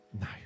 No